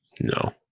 No